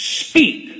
speak